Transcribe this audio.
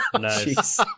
Nice